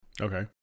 Okay